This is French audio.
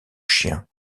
chiens